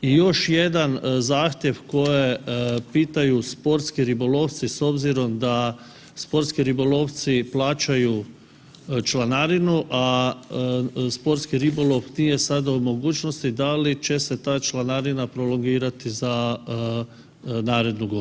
I još jedan zahtjev koje pitaju sportski ribolovci s obzirom da sportski ribolovci plaćaju članarinu, a sportski ribolov nije sada u mogućnosti da li će se ta članarina prolongirati za narednu godinu.